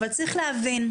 אבל צריך להבין: